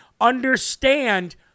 understand